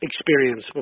experience